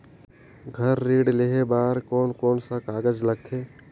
घर ऋण लेहे बार कोन कोन सा कागज लगथे?